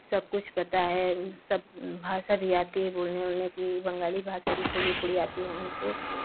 सब कुछ पता है सब भाषा भी आती है बोलने उलने की बंगाली भाषा भी थोड़ी थोड़ी आती है उनको